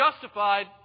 justified